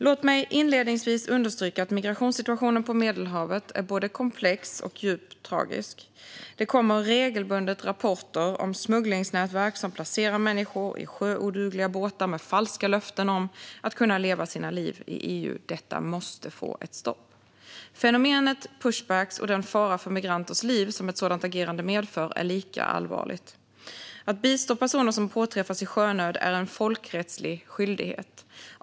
Låt mig inledningsvis understryka att migrationssituationen på Medelhavet är både komplex och djupt tragisk. Det kommer regelbundet rapporter om smugglingsnätverk som placerar människor i sjöodugliga båtar med falska löften om att kunna leva sina liv i EU. Detta måste få ett stopp. Fenomenet pushbacks och den fara för migranters liv som ett sådant agerande medför är lika allvarligt. Att bistå personer som påträffas i sjönöd är en folkrättslig skyldighet.